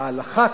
ההלכה,